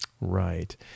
Right